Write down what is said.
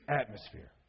Atmosphere